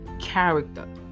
Character